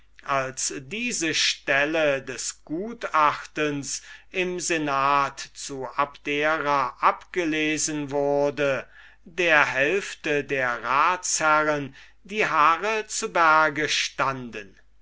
wie diese stelle des gutachtens im senat zu abdera abgelesen wurde der hälfte der ratsherren die haare zu berge stunden